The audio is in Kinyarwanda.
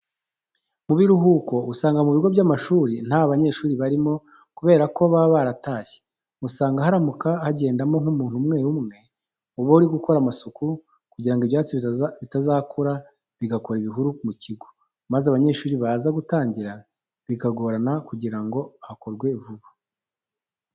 Mu biruhuko usanga mu bigo by'amashuri nta banyeshuri barimo kubera ko baba baratashye. Usanga haramuka hagendamo nk'umuntu umwe uba uri gukora amasuku kugira ngo ibyatsi bitazakura bigakora ibihuru mu kigo, maze abanyeshuri baza gutangira bikagorana kugira ngo hakorwe vuba.